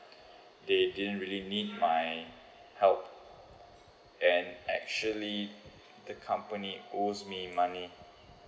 they didn't really need my help and actually the company owes me money